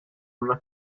una